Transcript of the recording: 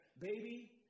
baby